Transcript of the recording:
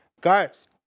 Guys